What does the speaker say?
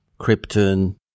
Krypton